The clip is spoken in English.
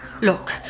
Look